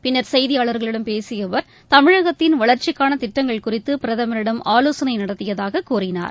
பின்னர் செய்தியாளர்களிடம் பேசிய அவர் தமிழகத்தின் வளர்ச்சிக்கான திட்டங்கள் குறித்து பிரதமரிடம் ஆலோசனை நடத்தியதாக கூறினார்